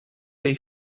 tej